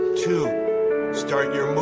to start your move